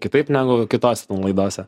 kitaip negu kitose laidose